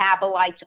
metabolites